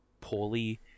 poorly